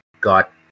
got